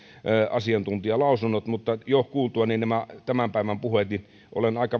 asiantuntijalausunnot mutta jo kuultuani nämä tämän päivän puheet olen